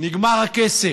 נגמר הכסף,